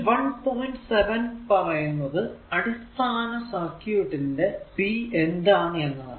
7 ൽ പറയുന്നതു അടിസ്ഥാന സർക്യൂട് ന്റെ p എന്താണ് എന്നതാണ്